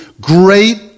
great